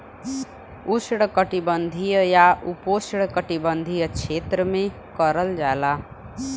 उष्णकटिबंधीय या उपोष्णकटिबंधीय क्षेत्र में करल जाला